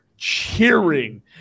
Cheering